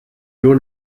nur